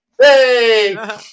Hey